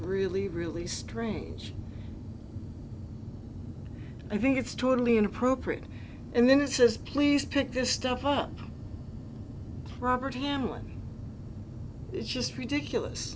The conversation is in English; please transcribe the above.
really really strange i think it's totally inappropriate and then this is please pick this stuff up robert hamlin is just ridiculous